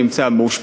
אדם שנמצא באשפוז,